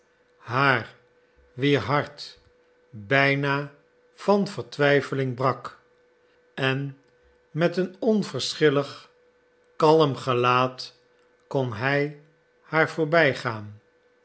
haar wier hart bijna van vertwijfeling brak en met een onverschillig kalm gelaat kon hij haar voorbijgaan